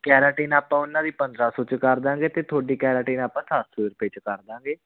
keratin ਆਪਾਂ ਉਨ੍ਹਾਂ ਦੀ ਪੰਦਰਾਂ ਸੌ 'ਚ ਕਰਦਾਂਗੇ ਅਤੇ ਤੁਹਾਡੀ ਕੈਰਾਟੀਨ ਆਪਾਂ ਸੱਤ ਸੌ ਰੁਪਏ 'ਚ ਕਰਦਾਂਗੇ